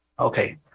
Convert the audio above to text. Okay